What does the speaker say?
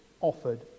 offered